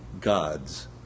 gods